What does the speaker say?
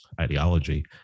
ideology